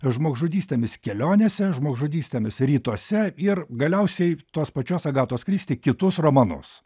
žmogžudystėmis kelionėse žmogžudystėmis rytuose ir galiausiai tos pačios agatos kristi kitus romanus